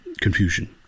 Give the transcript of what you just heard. confusion